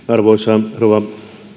arvoisa rouva